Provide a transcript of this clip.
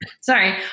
Sorry